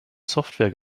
software